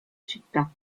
città